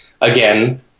again